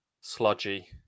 sludgy